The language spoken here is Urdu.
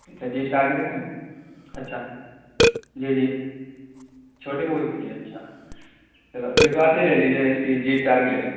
اچھا جی اسٹار کی دکھا دوں اچھا جی جی چھوٹی موہری کی چاہیے اچھا چلو پھر تو آپ یہ لے لیجیے اس کی جی اسٹار کی لے لو